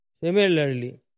Similarly